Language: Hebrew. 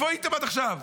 איפה הייתם עד עכשיו?